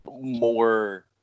more